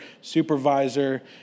supervisor